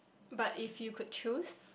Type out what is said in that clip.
but if you could choose